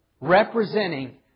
Representing